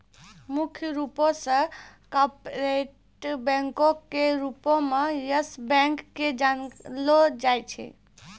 मुख्य रूपो से कार्पोरेट बैंको के रूपो मे यस बैंक के जानलो जाय छै